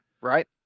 right